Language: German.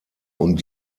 und